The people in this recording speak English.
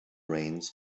reins